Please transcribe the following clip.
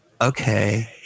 Okay